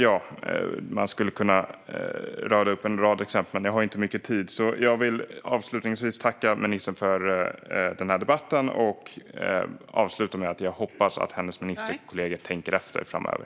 Jag skulle kunna rada upp fler exempel, men jag har inte mycket tid. Jag vill avslutningsvis tacka ministern för den här debatten och säga att jag hoppas att hennes ministerkollegor tänker efter framöver.